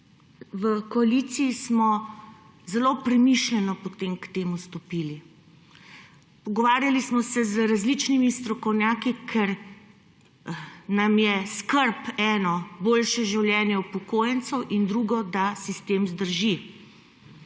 v koaliciji smo zelo premišljeno potem k temu stopili. Pogovarjali smo se z različnimi strokovnjaki, ker nam je skrb, eno, boljše življenje upokojencev in, drugo, da sistem zdrži.